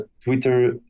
Twitter